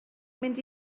mynd